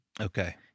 Okay